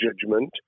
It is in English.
judgment